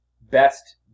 best